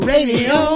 Radio